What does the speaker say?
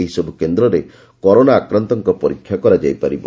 ଏହିସବୁ କେନ୍ଦ୍ରରେ କରୋନା ଆକ୍ରାନ୍ତଙ୍କ ପରୀକ୍ଷା କରାଯାଇ ପାରିବ